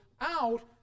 out